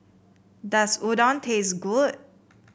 does Udon taste good